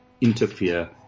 interfere